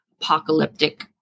apocalyptic